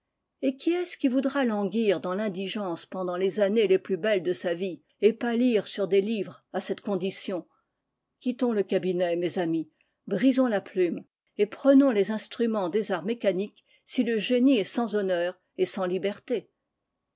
et qui est-ce qui voudra languir dans l'indigence pendant les années les plus belles de sa vie et pâlir sur des livres à cette condition quittons le cabinet mes amis brisons la plume et prenons les instruments des arts mécaniques si le génie est sans honneur et sans liberté